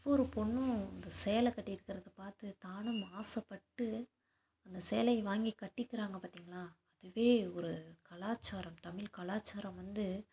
ஒவ்வொரு பொண்ணும் இந்த சேலை கட்டிற்கிறதை பார்த்து தானும் ஆசைப்பட்டு அந்த சேலையை வாங்கி கட்டிக்கிறாங்க பார்த்தீங்களா அதுவே ஒரு கலாச்சாரம் தமிழ் கலாச்சாரம் வந்து